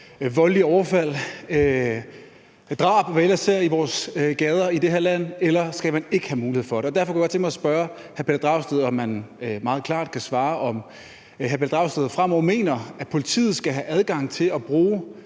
voldelige overfald, drab, og hvad vi ellers ser i vores gader i det her land, eller at nej, man skal ikke have mulighed for det? Derfor kunne jeg godt tænke mig at spørge hr. Pelle Dragsted, om han meget klart kan svare på, om hr. Pelle Dragsted fremover mener politiet skal have adgang til at bruge